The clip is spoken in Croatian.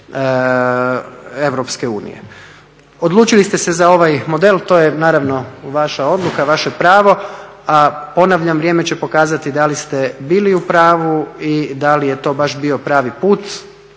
problematike EU. Odlučili ste se za ovaj model, to je naravno vaša odluka, vaše pravo, a ponavljam, vrijeme će pokazati da li ste bili u pravu i da li je to baš bio pravi put.